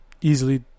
easily